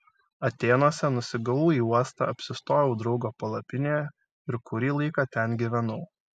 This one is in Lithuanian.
atėnuose nusigavau į uostą apsistojau draugo palapinėje ir kurį laiką ten gyvenau